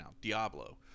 Diablo